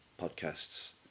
podcasts